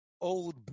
old